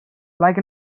like